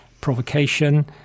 provocation